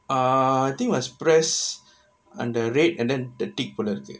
ah I think must pree on the red and then tick போல இருக்கு:pola irukku